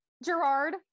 Gerard